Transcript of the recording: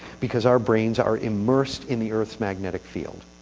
because our brains are immersed in the earth's magnetic field.